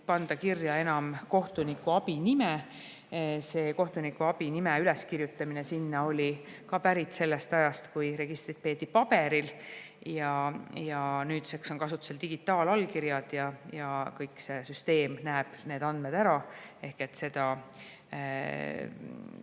panda kirja enam kohtunikuabi nime. See kohtunikuabi nime üleskirjutamine sinna oli ka pärit sellest ajast, kui registrit peeti paberil. Nüüdseks on kasutusel digitaalallkirjad ja see süsteem näeb kõik need andmed ära ehk seda